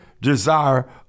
desire